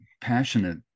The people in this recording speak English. passionate